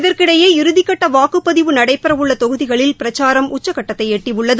இதற்கிடையே இறுதிக்கட்ட வாக்குப்பதிவு நடைபெறவுள்ள தொகுதிகளில் பிரச்சாரம் உச்சக்கட்டத்தை எட்டியுள்ளது